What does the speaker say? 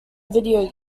video